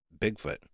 Bigfoot